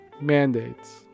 mandates